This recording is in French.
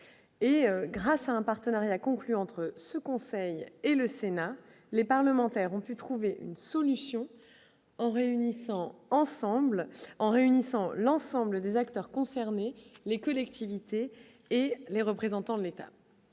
grâce à un partenariat conclu entre ce conseil et le Sénat, les parlementaires ont pu trouver une solution en réunissant ensemble en réunissant l'ensemble des acteurs concernés, les collectivités et les représentants de l'État